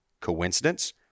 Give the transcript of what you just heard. Coincidence